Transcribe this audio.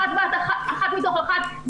אחת מתוך אחת.